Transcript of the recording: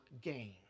gain